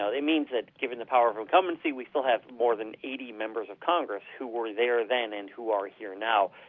it means that given the power of incumbency, we still have more than eighty members of congress who were there then, and who are here now.